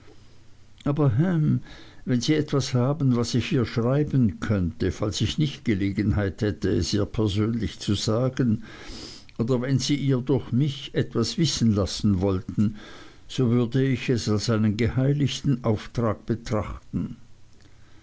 aber ham wenn sie etwas haben was ich ihr schreiben könnte falls ich nicht gelegenheit hätte es ihr persönlich zu sagen oder wenn sie ihr durch mich etwas wissen lassen wollten so würde ich es als einen geheiligten auftrag betrachten